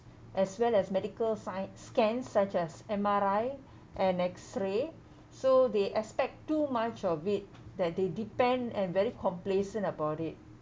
as well as medical sci~ scan such as M_R_I and x-ray so they expect too much of it that they depend and very complacent about it